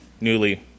Newly